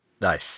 Nice